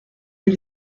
les